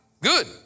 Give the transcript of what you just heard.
Good